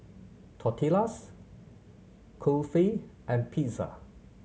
Tortillas Kulfi and Pizza